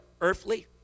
earthly